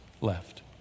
left